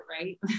right